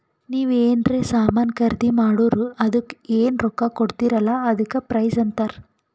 ನೀವ್ ಎನ್ರೆ ಸಾಮಾನ್ ಖರ್ದಿ ಮಾಡುರ್ ಅದುಕ್ಕ ಎನ್ ರೊಕ್ಕಾ ಕೊಡ್ತೀರಿ ಅಲ್ಲಾ ಅದಕ್ಕ ಪ್ರೈಸ್ ಅಂತಾರ್